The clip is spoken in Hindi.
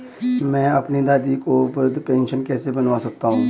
मैं अपनी दादी की वृद्ध पेंशन कैसे बनवा सकता हूँ?